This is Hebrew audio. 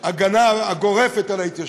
על ההגנה הגורפת על ההתיישבות.